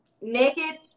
Naked